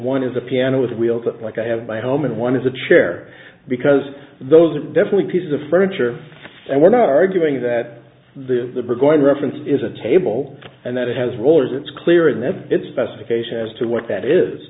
one is a piano with wheels like i have my home and one is a chair because those are definitely pieces of furniture that were not arguing that the are going to reference is a table and that it has rollers it's clear and then it's specifications as to what that is